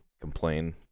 complain